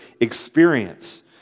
experience